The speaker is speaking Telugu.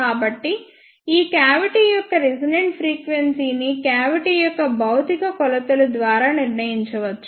కాబట్టి ఈ క్యావిటీ యొక్క రెసోనెంట్ ఫ్రీక్వెన్సీని క్యావిటీ యొక్క భౌతిక కొలతలు ద్వారా నిర్ణయించవచ్చు